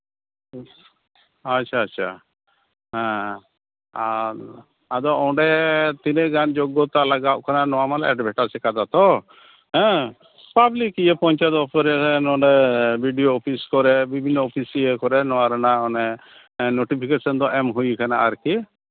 ᱟᱪᱪᱷᱟ ᱟᱪᱪᱷᱟ ᱦᱮᱸ ᱟᱨ ᱟᱫᱚ ᱚᱸᱰᱮ ᱛᱤᱱᱟᱹᱜ ᱜᱟᱱ ᱡᱳᱜᱽᱜᱚᱛᱟ ᱞᱟᱜᱟᱜ ᱠᱟᱱᱟ ᱱᱚᱣᱟ ᱢᱟᱞᱮ ᱮᱰᱵᱷᱮᱴᱟᱡᱽ ᱠᱟᱫᱟ ᱛᱚ ᱦᱮᱸ ᱯᱟᱵᱽᱞᱤᱠ ᱤᱭᱟᱹ ᱯᱚᱧᱪᱟᱭᱮᱛ ᱚᱛᱷᱟᱨᱤ ᱨᱮ ᱱᱚᱸᱰᱮ ᱵᱤᱰᱤᱳ ᱚᱯᱷᱤᱥ ᱠᱚᱨᱮ ᱵᱤᱵᱷᱤᱱᱱᱚ ᱚᱯᱷᱤᱥ ᱤᱭᱟᱹ ᱠᱚᱨᱮᱫ ᱱᱚᱣᱟ ᱨᱮᱱᱟᱜ ᱚᱱᱮ ᱱᱳᱴᱤᱯᱷᱤᱠᱮᱥᱚᱱ ᱫᱚ ᱮᱢ ᱦᱩᱭ ᱠᱟᱱᱟ ᱟᱨᱠᱤ